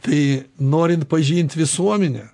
tai norint pažint visuomenę